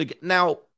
Now